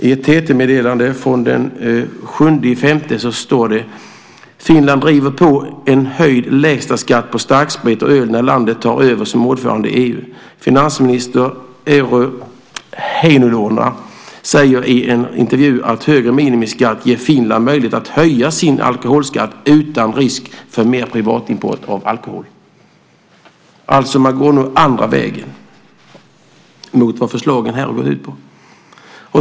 I ett TT-meddelande från den 7 maj står det: "Finland driver på för höjd lägstaskatt på starksprit och öl när landet tar över som ordförande i EU. Finansminister Eero Heinäluorna säger i en intervju att högre minimiskatt ger Finland möjlighet att höja sin alkoholskatt utan risk för mer privatimport av alkohol." Man går nu den andra vägen jämfört med vad förslagen här går ut på.